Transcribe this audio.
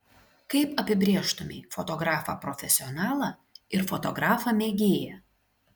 kaip apibrėžtumei fotografą profesionalą ir fotografą mėgėją